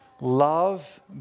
Love